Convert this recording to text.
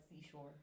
seashore